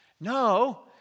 No